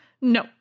No